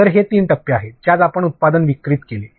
तर हे तीन टप्पे आहेत ज्यात आपण उत्पादन वितरित केले